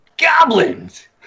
Goblins